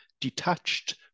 detached